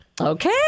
Okay